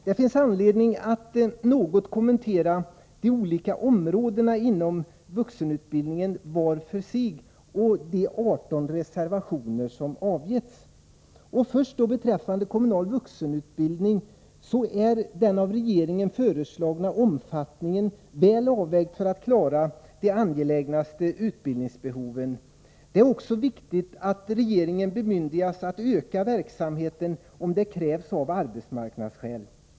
Det finns anledning att något kommentera de olika områdena inom vuxenutbildninen var för sig och de 18 reservationer som avgetts. Vad först beträffar kommunal vuxenutbildning är den av regeringen föreslagna omfattningen väl avvägd för att klara de mest angelägna utbildningsbehoven. Det är också viktigt att regeringen bemyndigas att öka verksamheten, om det krävs av arbetsmarknadsskäl.